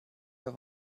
der